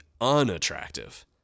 unattractive